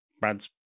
Brad's